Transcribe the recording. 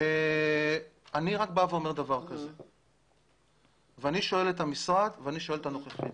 אני שואל את המשרד ואני שואל את הנוכחים.